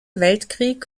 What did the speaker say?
weltkrieg